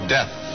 Death